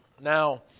now